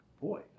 boy